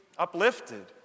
uplifted